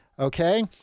Okay